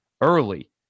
early